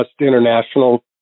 international